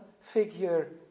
figure